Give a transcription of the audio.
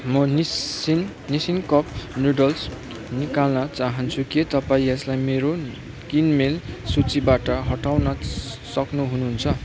म Nissin Nissin cup noodles निकाल्न चाहन्छु के तपाईँ यसलाई मेरो किनमेल सूचीबाट हटाउन सक्नु हुनुहुन्छ